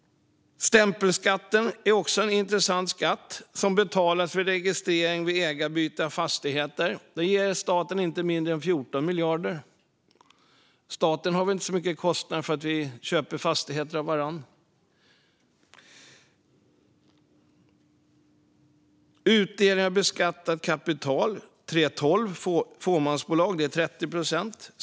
Stämpelskatten är också en intressant skatt, som betalas för registrering vid ägarbyte av fastigheter. Den ger staten inte mindre än 14 miljarder. Staten har väl inte så mycket kostnader för att vi köper fastigheter av varandra? Utdelning av beskattat kapital, 3:12, i fåmansbolag är 30 procent.